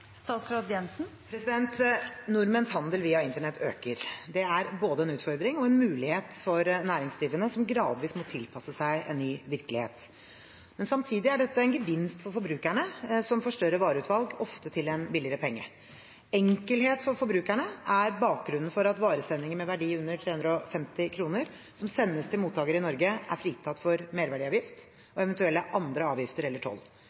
Nordmenns handel via internett øker. Det er både en utfordring og en mulighet for næringsdrivende, som gradvis må tilpasse seg en ny virkelighet. Samtidig er dette en gevinst for forbrukerne, som får større vareutvalg, ofte til en billigere penge. Enkelhet for forbrukerne er bakgrunnen for at varesendinger med verdi under 350 kr som sendes til mottaker i Norge, er fritatt for merverdiavgift og eventuelle andre avgifter eller toll.